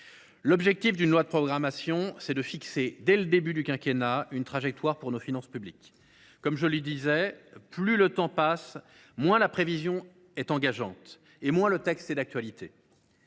l’objectif d’une loi de programmation est de fixer, dès le début du quinquennat, une trajectoire pour nos finances publiques. Comme je le soulignais, plus le temps passe, moins la prévision est engageante et moins le texte est d’actualité.